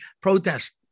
protest